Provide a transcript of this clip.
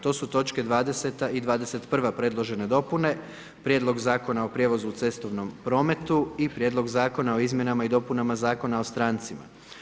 To su točke 20. i 21. predložene dopune, Prijedlog Zakona o prijevozu u cestovnom prometu i Prijedlog Zakona o izmjenama i dopunama Zakona o strancima.